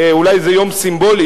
אולי זה יום סימבולי,